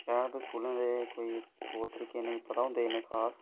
शैह्र दे स्कूलें दे कोई तौर तरीकें नेईं पता होंदे इन्ने खास